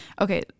okay